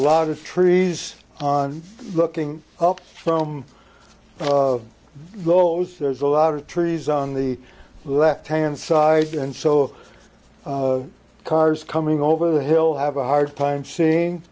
lot of trees on looking up from those there's a lot of trees on the left hand side and so cars coming over the hill have a hard time seeing